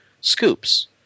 scoops